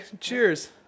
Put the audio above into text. Cheers